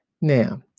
Now